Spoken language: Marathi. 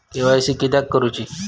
के.वाय.सी किदयाक करूची?